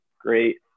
great